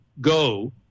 go